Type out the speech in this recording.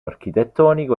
architettonico